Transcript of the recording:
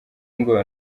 ngo